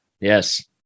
Yes